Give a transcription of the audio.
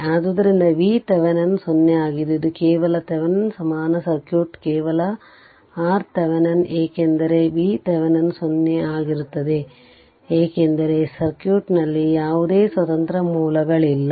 ಆದ್ದರಿಂದ V Thevenin 0 ಆಗಿದ್ದು ಇದು ಕೇವಲ ಥೆವೆನಿನ್ ಸಮಾನ ಸರ್ಕ್ಯೂಟ್ ಕೇವಲ ಆರ್ತೆವೆನಿನ್ ಏಕೆಂದರೆ ವಿ ಥೆವೆನಿನ್ 0 ಆಗಿರುತ್ತದೆ ಏಕೆಂದರೆ ಸರ್ಕ್ಯೂಟ್ನಲ್ಲಿ ಯಾವುದೇ ಸ್ವತಂತ್ರ ಮೂಲಗಳಿಲ್ಲ